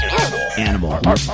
Animal